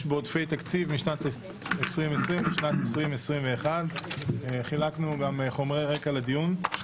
בעודפי תקציב משנת 2020 לשנת 2021. חילקנו גם חומרי רקע לדיון.